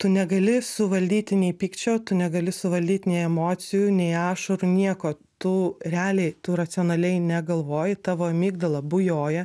tu negali suvaldyti nei pykčio tu negali suvaldyt nei emocijų nei ašarų nieko tu realiai tu racionaliai negalvoji tavo amygdala bujoja